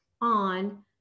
on